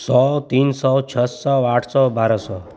सौ तीन सौ छह सौ आठ सौ बारह सौ